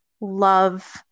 love